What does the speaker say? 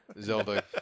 Zelda